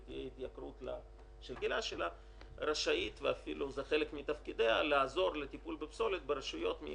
ותהיה התייקרות של הטיפול בפסולת בגלל